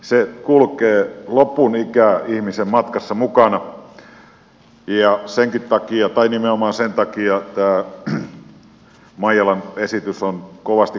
se kulkee lopun ikää ihmisen matkassa mukana ja nimenomaan sen takia tämä maijalan esitys on kovasti kannatettava